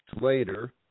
later